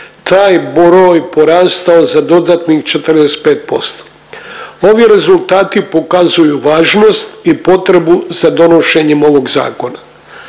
taj broj porastao za dodatnih 45%. Ovi rezultati pokazuju važnost i potrebu za donošenjem ovog zakona.